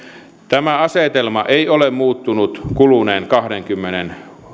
tämä asetelma ei ole muuttunut kuluneen kahdenkymmenen